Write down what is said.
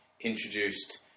introduced